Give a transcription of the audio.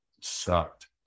Sucked